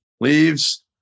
leaves